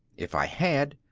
if i had,